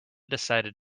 decided